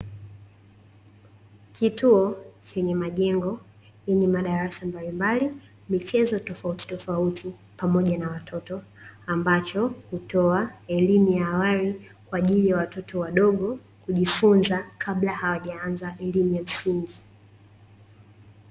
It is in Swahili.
Kituo chenye majengo yenye madarasa mbalimbali, michezo tofauti tofauti, pamoja na watoto ambacho hutoa elimu ya awali kwa ajili ya watoto wadogo kujifunza kabla hawajaanza elimu ya msingi.